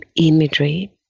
imagery